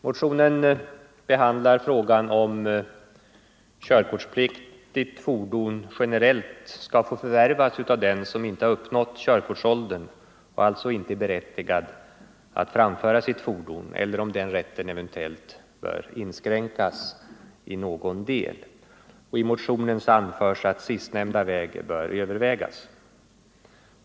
Motionen behandlar frågan om körkortspliktigt fordon generellt skall få förvärvas av den som inte har uppnått körkortsåldern och alltså inte är berättigad att framföra sitt fordon eller om den rätten eventuellt bör inskränkas i någon del. I motionen anförs att sistnämnda alternativ bör övervägas.